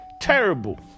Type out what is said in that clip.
Terrible